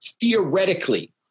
theoretically